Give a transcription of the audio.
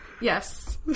Yes